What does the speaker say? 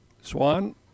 Swan